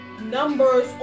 numbers